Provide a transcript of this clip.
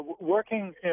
working